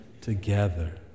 together